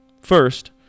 First